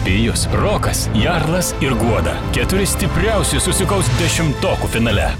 pijus rokas jarlas ir guoda keturi stipriausi susikaus dešimtokų finale